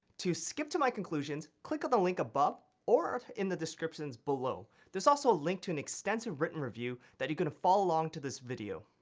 to skip to my conclusions click the link above or in the descriptions below. there's also a link to an extensive written review that you could follow along to this video.